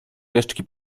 resztki